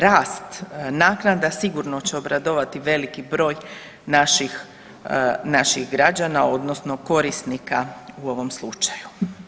Rast naknada sigurno će obradovati veliki broj naših građana, odnosno korisnika u ovom slučaju.